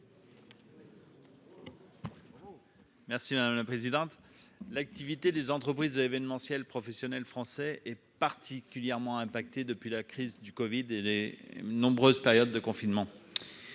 M. Vincent Segouin. L'activité des entreprises de l'événementiel professionnel français est particulièrement impactée depuis la crise du covid-19 et les nombreuses périodes de confinement.